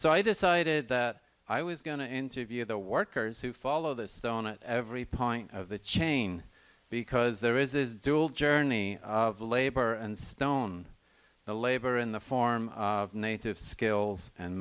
so i decided that i was going to interview the workers who follow this phone at every point of the chain because there is this dual journey of labor and stone the labor in the form of native skills and